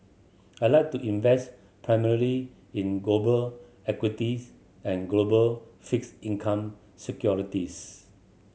I like to invest primarily in global equities and global fixed income securities